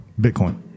Bitcoin